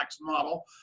model